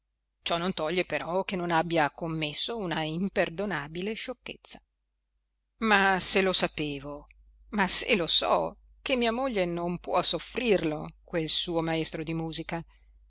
ciò non toglie però che non abbia commesso una imperdonabile sciocchezza ma se lo sapevo ma se lo so che mia moglie non può soffrirlo quel suo maestro di musica